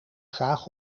graag